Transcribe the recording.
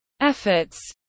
efforts